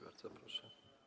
Bardzo proszę.